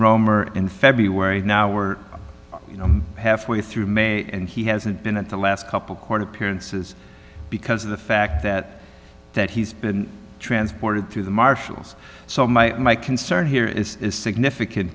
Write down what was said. roemer in february now we're halfway through may and he hasn't been at the last couple court appearances because of the fact that that he's been transported through the marshals so my my concern here is is significant